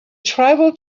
tribal